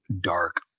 dark